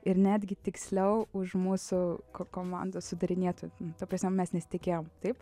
ir netgi tiksliau už mūsų ko komandos sudarinėtojų ta prasme mes nesitikėjom taip